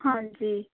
ਹਾਂਜੀ